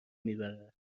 میبرد